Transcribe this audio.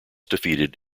defeated